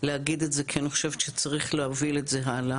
להגיד את זה כי אני חושבת שצריך להוביל את זה הלאה,